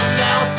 now